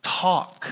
talk